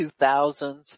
2000s